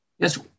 Yes